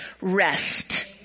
rest